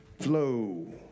Flow